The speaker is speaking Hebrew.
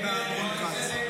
שבעה בעד,